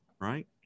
right